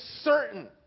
certain